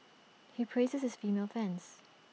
he praises his female fans